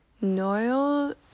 Noel